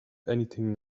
anything